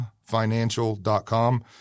financial.com